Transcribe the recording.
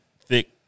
thick